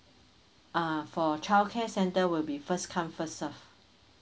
uh for childcare center will be first come first serve